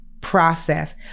process